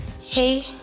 hey